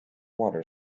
water